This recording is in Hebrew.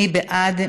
מי בעד?